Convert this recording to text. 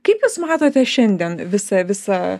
kaip jūs matote šiandien visa visa